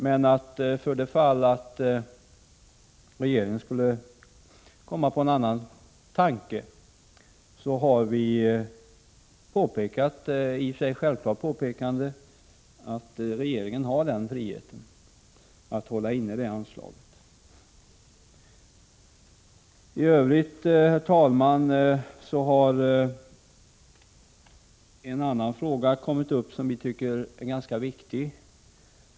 Men för det fall att regeringen skulle komma på en annan tanke har vi gjort det i och för sig självklara påpekandet att regeringen har friheten att hålla inne detta anslag. I övrigt, herr talman, har en annan fråga kommit upp som vi tycker är ganska viktig.